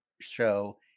show